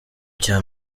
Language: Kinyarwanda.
cya